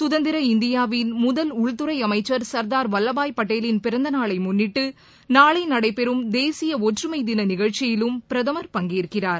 சுதந்திர இந்தியாவின் முதல் உள்தறை அமைச்சர் சர்தார் வல்லபாய் பட்டேலின் பிறந்தநாளை முன்னிட்டு நாளை நடைபெறும் தேசிய ஒற்றுமை தின நிகழ்ச்சியிலும் பிரதமர் பங்கேற்கிறார்